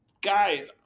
guys